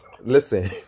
listen